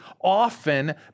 often